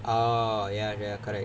oh ya ya correct correct